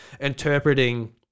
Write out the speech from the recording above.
interpreting